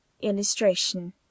Illustration